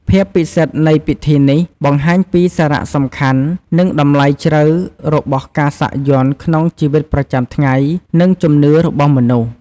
ភាពពិសិដ្ឋនៃពិធីនេះ បង្ហាញពីសារៈសំខាន់ និងតម្លៃជ្រៅរបស់ការសាក់យ័ន្តក្នុងជីវិតប្រចាំថ្ងៃ និងជំនឿរបស់មនុស្ស។